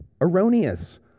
Erroneous